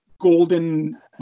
golden